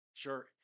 Sure